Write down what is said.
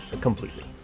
completely